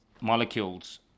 molecules